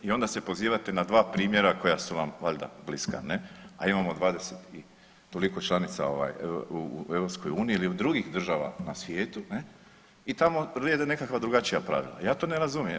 I onda se pozivate na dva primjera koja su vam valjda bliska, a imamo 20 i toliko članica ovaj u EU ili drugih država na svijetu i tamo vrijede nekakva drugačija pravila, ja to ne razumijem.